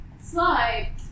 slide